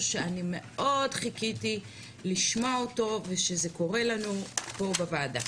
שאני מאוד חיכיתי לשמוע אותו ושזה קורה לנו פה בוועדה.